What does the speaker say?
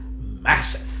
massive